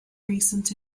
recent